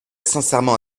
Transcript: sincèrement